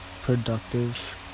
productive